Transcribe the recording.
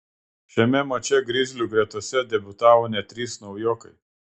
šiame mače grizlių gretose debiutavo net trys naujokai